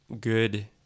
good